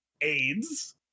aids